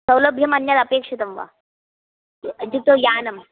सौलभ्यमन्यदपेक्षितं वा इत्युक्तौ यानं